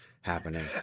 happening